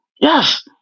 Yes